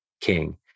king